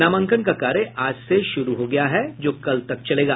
नामांकन का कार्य आज से शुरू हो गया है जो कल तक चलेगा